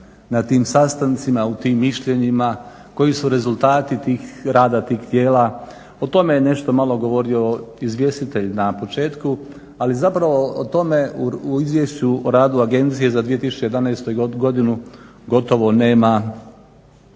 na tim sastancima, u tim mišljenjima, koji su rezultati rada tih tijela. O tome je nešto malo govorio izvjestitelj na početku, ali zapravo o tome u Izvješću o radu agencije za 2011. godinu gotovo nema niti